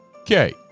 Okay